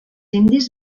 indis